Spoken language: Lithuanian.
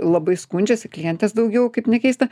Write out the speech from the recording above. labai skundžiasi klientės daugiau kaip nekeista